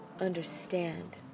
understand